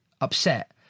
upset